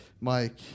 Mike